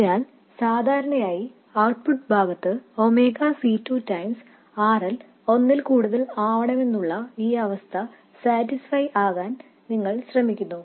അതിനാൽ സാധാരണയായി ഔട്ട്പുട്ട് ഭാഗത്ത് ഒമേഗ C 2 R L ഒന്നിൽ കൂടുതൽ ആവണമെന്നുള്ള ഈ അവസ്ഥ തൃപ്തിപ്പെടുത്താൻ നിങ്ങൾ ശ്രമിക്കുന്നു